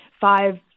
five